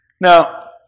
Now